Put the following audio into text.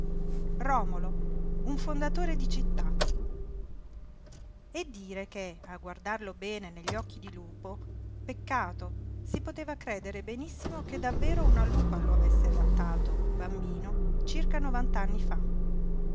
romolo un fondatore di città e dire che a guardarlo bene negli occhi di lupo peccato si poteva credere benissimo che davvero una lupa lo avesse allattato bambino circa novanta anni fa